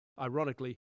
Ironically